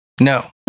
No